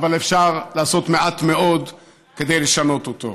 אבל אפשר לעשות מעט מאוד כדי לשנות אותו.